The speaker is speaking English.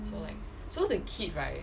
so like so the kid right